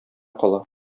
кала